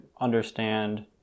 understand